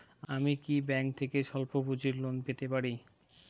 আমি কি ব্যাংক থেকে স্বল্প পুঁজির লোন পেতে পারি?